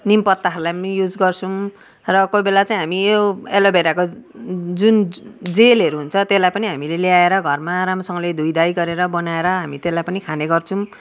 निम पत्ताहरूलाई युज गर्छौँ र कोही बेला चाहिँ हामी यो एलोबेराको जुन जेलहरू हुन्छ त्यसलाई पनि हामीले ल्याएर घरमा राम्रोसँगले धोइ धाइ गरेर बनाएर हामी त्यसलाई पनि खाने गर्छौँ